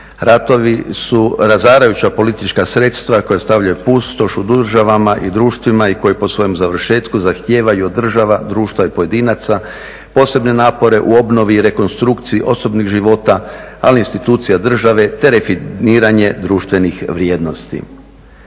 Ratovi su razarajuća politička sredstva koja stavljaju pustoš u državama i društvima, i koji po svojem završetku zahtijevaju od država, društva i pojedinaca posebne napore u obnovi i rekonstrukciji osobnih života, ali institucija države te refiniranje društvenih vrijednosti.